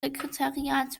sekretariat